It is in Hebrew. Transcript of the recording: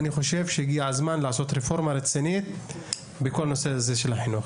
לכן אני חושב שהגיע הזמן לתיקון רציני ורחב בכל נושא החינוך.